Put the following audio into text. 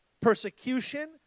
persecution